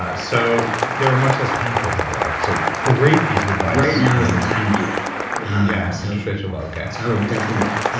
ah so they were much less painful that way. so great piece of advice right now is the time to do that yeah, interests rates are low i would definitely do that.